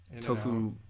tofu